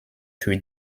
für